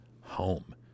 home